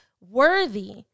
worthy